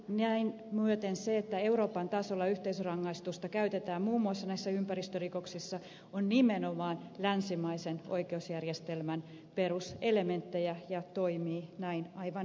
näin myöten se että euroopan tasolla yhteisörangaistusta käytetään muun muassa näissä ympäristörikoksissa on nimenomaan länsimaisen oikeusjärjestelmän peruselementtejä ja toimii näin aivan hyvin